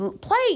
play